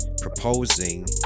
proposing